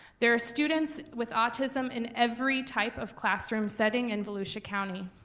there are students with autism in every type of classroom setting in volusia county,